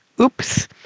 oops